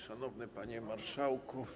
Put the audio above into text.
Szanowny Panie Marszałku!